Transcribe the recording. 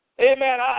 Amen